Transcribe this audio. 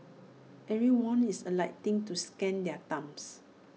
everyone is alighting to scan their thumbs